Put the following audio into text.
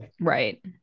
right